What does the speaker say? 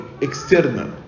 external